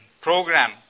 program